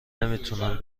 نمیتونم